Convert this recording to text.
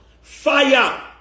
Fire